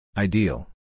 Ideal